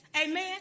Amen